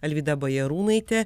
alvyda bajarūnaitė